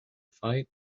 fight